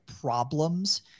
problems